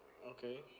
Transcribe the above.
okay